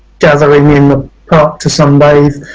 gathering in the park to sunbathe.